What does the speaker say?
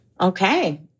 Okay